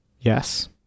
yes